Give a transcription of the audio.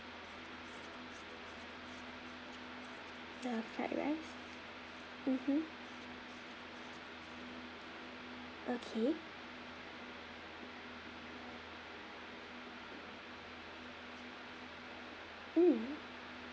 the fried rice mmhmm okay mm